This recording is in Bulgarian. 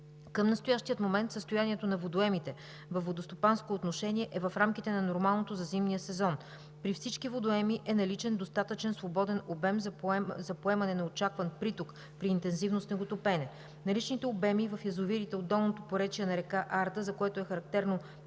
Към настоящия момент състоянието на водоемите във водостопанско отношение е в рамките на нормалното за зимния сезон. При всички водоеми е наличен достатъчен свободен обем за поемане на очакван приток при интензивно снеготопене. Наличните обеми в язовирите от долното поречие на река Арда, за което е характерно